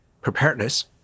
preparedness